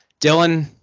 dylan